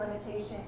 limitation